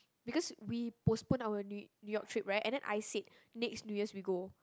because we postpone our new New-York trip right and then I said next New-Year's we go